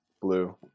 Blue